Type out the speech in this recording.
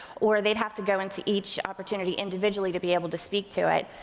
or they'd have to go into each opportunity individually to be able to speak to it.